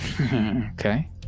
okay